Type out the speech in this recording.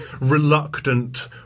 reluctant